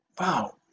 wow